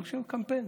עושים קמפיין,